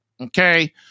Okay